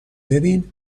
ببین